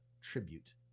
tribute